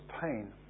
pain